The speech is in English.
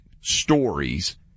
stories